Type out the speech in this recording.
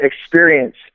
experience